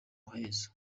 muhezo